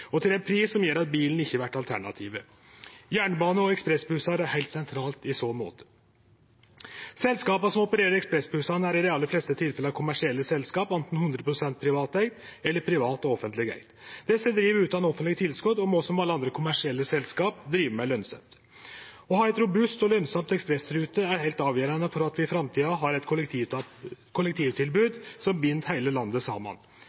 og til ein pris som gjer at bilen ikkje vert alternativet. Jernbane og ekspressbussar er heilt sentralt i så måte. Selskapa som opererer ekspressbussane, er i dei aller fleste tilfella kommersielle selskap, anten 100 pst. privateigde eller privat og offentleg eigde. Desse driv utan offentlege tilskot og må som alle andre kommersielle selskap drive med lønsemd. Å ha robuste og lønsame ekspressruter er heilt avgjerande for at vi i framtida har eit kollektivtilbod som bind heile landet saman.